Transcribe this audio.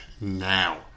now